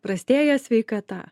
prastėja sveikata